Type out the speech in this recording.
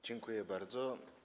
Dziękuję bardzo.